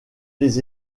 les